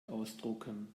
ausdrucken